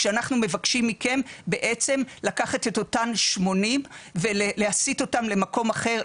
כשאנחנו מבקשים מכם בעצם לקחת את אותן 80 ולהסיט אותם למקום אחר,